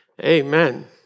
Amen